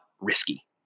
risky